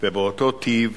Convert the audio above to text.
באותו טיב,